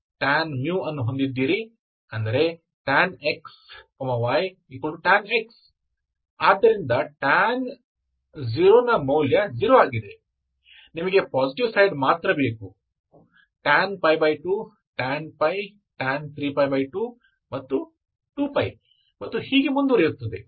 tan μ ಅನ್ನು ಹೊಂದಿದ್ದೀರಿ ಅಂದರೆ tan x y tan x ಆದ್ದರಿಂದ tan 0 ನ ಮೌಲ್ಯ 0 ಆಗಿದೆ ನಿಮಗೆ ಪಾಸಿಟಿವ್ ಸೈಡ್ ಮಾತ್ರ ಬೇಕು tan π2 tan π tan 3π2 ಮತ್ತು 2π ಮತ್ತು ಹೀಗೆ ಮುಂದುವರೆಯುತ್ತದೆ